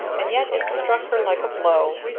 and yet it struck her like a blow.